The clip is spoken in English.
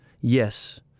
yes